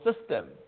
system